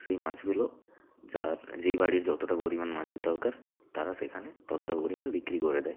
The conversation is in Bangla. সেই মাছগুলো যার যেই বাড়ির যতটা পরিমাণ মাছের দরকার তারা সেখানে ততটা পরিমাণ বিক্রি করে দেয়